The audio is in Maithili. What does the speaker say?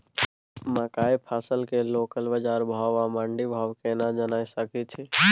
मकई फसल के लोकल बाजार भाव आ मंडी भाव केना जानय सकै छी?